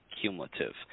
cumulative